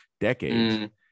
decades